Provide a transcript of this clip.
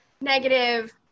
negative